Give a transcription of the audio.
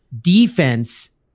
defense